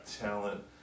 talent